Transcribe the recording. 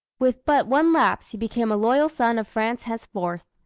with but one lapse, he became a loyal son of france henceforth.